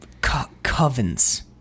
Covens